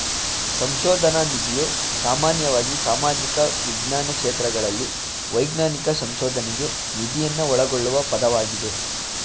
ಸಂಶೋಧನ ನಿಧಿಯು ಸಾಮಾನ್ಯವಾಗಿ ಸಾಮಾಜಿಕ ವಿಜ್ಞಾನ ಕ್ಷೇತ್ರಗಳಲ್ಲಿ ವೈಜ್ಞಾನಿಕ ಸಂಶೋಧನ್ಗೆ ನಿಧಿಯನ್ನ ಒಳಗೊಳ್ಳುವ ಪದವಾಗಿದೆ